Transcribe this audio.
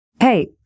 Hey